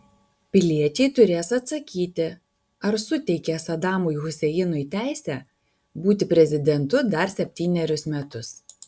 piliečiai turės atsakyti ar suteikia sadamui huseinui teisę būti prezidentu dar septynerius metus